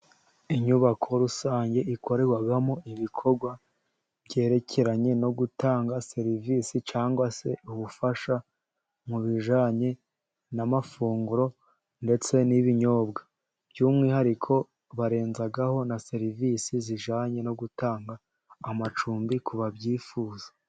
Inyubako rusange ikorerwamo ibikorwa byerekeranye no gutanga serivisi, cyangwa se ubufasha mu bijyanye n'amafunguro, ndetse n'ibinyobwa. By'umwihariko barenzaho na serivisi zijyanye no gutanga amacumbi ku babyifuza.